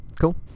cool